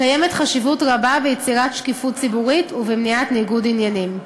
קיימת חשיבות רבה ביצירת שקיפות ציבורית ובמניעת ניגוד עניינים.